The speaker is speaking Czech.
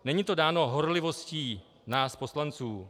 Není to dáno horlivostí nás poslanců.